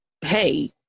hey